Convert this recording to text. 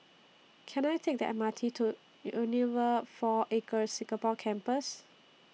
Can I Take The M R T to Unilever four Acres Singapore Campus